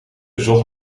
zocht